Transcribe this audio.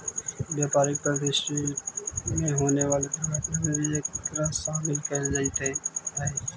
व्यापारिक प्रतिष्ठान में होवे वाला दुर्घटना में भी एकरा शामिल कईल जईत हई